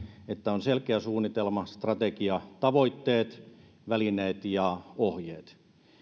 että on selkeä suunnitelma strategia tavoitteet välineet ja ohjeet